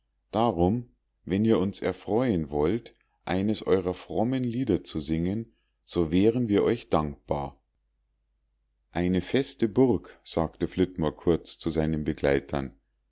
darum wenn ihr uns erfreuen wollt eines eurer frommen lieder zu singen so wären wir euch dankbar ein feste burg sagte flitmore kurz zu seinen begleitern